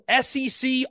SEC